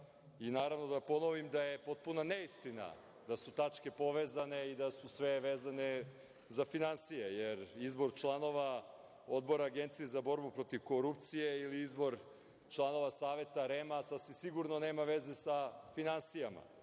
reda i da ponovim da je potpuna neistina da su tačke povezane i da su sve vezane za finansije, jer izbor članova Odbora Agencije za borbu protiv korupcije ili izbor članova Saveta REM sasvim sigurno nema veze sa finansijama,